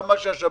גם מה שהשב"כ